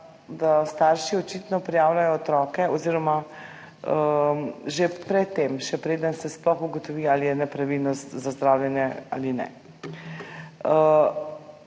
da starši očitno prijavljajo otroke še preden se sploh ugotovi, ali je nepravilnost za zdravljenje ali ne.